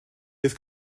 his